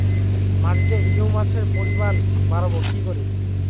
মাটিতে হিউমাসের পরিমাণ বারবো কি করে?